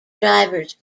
drivers